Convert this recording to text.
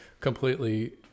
completely